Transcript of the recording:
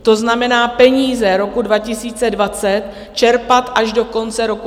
To znamená, peníze roku 2020 čerpat až do konce roku 2024.